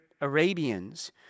Arabians